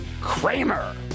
Kramer